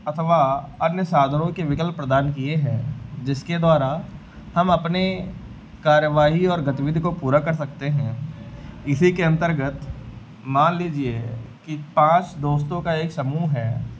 अथवा अन्य साधनों के विकल्प प्रदान किए हैं जिसके द्वारा हम अपनी कार्यवाही और गतिविधि को पूरा कर सकते हैं इसी के अन्तर्गत मान लीजिए कि पाँच दोस्तों का एक समूह है